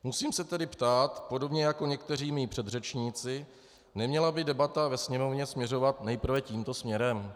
Musím se tedy ptát podobně jako někteří mí předřečníci neměla by debata ve Sněmovně směřovat nejprve tímto směrem?